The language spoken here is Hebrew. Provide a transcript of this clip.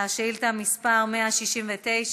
שאילתה מס' 169,